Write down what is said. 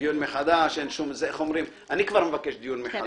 אני כבר מבקש דיון מחדש.